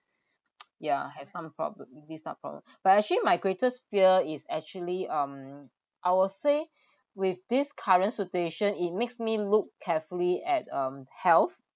yeah have some problem with this type of problem but actually my greatest fear is actually um I will say with this current situation it makes me look carefully at um health